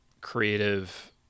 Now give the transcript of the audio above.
creative